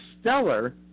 stellar